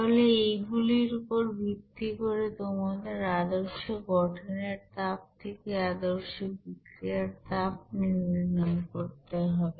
তাহলে এই গুলির উপর ভিত্তি করে তোমাদের আদর্শ গঠনের তাপ থেকে বিক্রিয়ার আদর্শ তাপ নির্ণয় করতে হবে